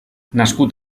nascut